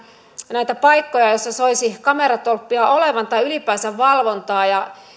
näitä paikkoja joissa soisi kameratolppia olevan tai ylipäänsä valvontaa